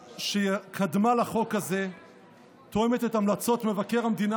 שקדמה לחוק הזה תואמת את המלצות מבקר המדינה